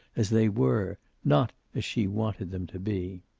as they were, not as she wanted them to be.